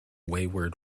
wayward